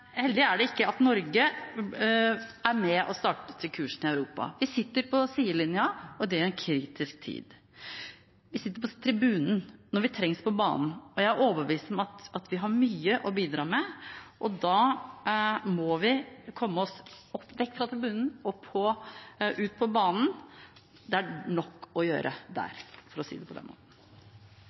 like uheldig er det at Norge ikke er med på å stake ut kursen i Europa. Vi sitter på sidelinjen, og det i en kritisk tid. Vi sitter på tribunen når vi trengs på banen, og jeg er overbevist om at vi har mye å bidra med, og da må vi komme oss vekk fra tribunen og ut på banen. Det er nok å gjøre der, for å si det på den måten.